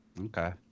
Okay